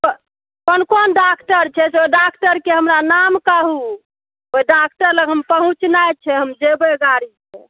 कोन कोन डाक्टर छै से ओहि डाक्टरके हमरा नाम कहू ओहि डाक्टर लग हम पहुँचनाइ छै हम जयबै गाड़ीसँ